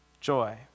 Joy